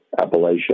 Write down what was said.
Appalachia